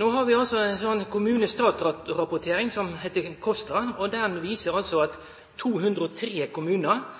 No har vi ei kommune–stat-rapportering som heiter KOSTRA. Ho viser at 203 kommunar